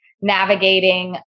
navigating